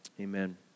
Amen